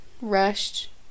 rushed